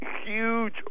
huge